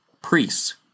priests